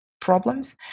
problems